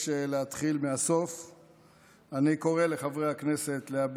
כעת את חבר הכנסת גדי איזנקוט לנמק את